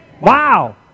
Wow